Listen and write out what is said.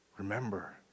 Remember